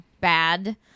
bad